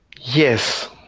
Yes